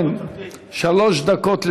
שלוש דקות לרשותך,